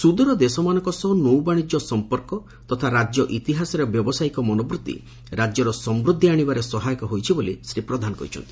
ସୁଦୂର ଦେଶମାନଙ୍କ ସହ ନୌବାଶିଜ୍ୟ ସମ୍ମର୍କ ତଥା ରାଜ୍ୟ ଇତିହାସରେ ବ୍ୟବସାୟିକ ମନବୂଭି ରାକ୍ୟର ସମୂଧି ଆଶିବାରେ ସହାୟକ ହୋଇଛି ବୋଲି ଶ୍ରୀ ପ୍ରଧାନ କହିଛନ୍ତି